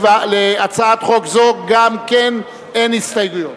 להצעת חוק זו גם כן אין הסתייגויות.